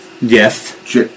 Yes